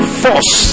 force